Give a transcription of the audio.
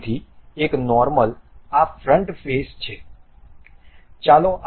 તેથી એક નોર્મલ આ ફ્રન્ટ ફેસfaceબાજુ છે